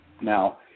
Now